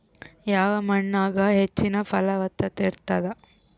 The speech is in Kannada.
ಯಾವ ಮಣ್ಣಾಗ ಹೆಚ್ಚಿನ ಫಲವತ್ತತ ಇರತ್ತಾದ?